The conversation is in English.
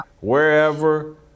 wherever